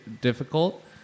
difficult